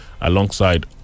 Alongside